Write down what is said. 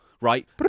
Right